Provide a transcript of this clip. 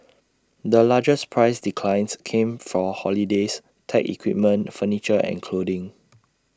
the largest price declines came for holidays tech equipment furniture and clothing